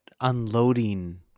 unloading